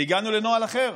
והגענו לנוהל אחר.